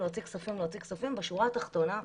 בשורה התחתונה,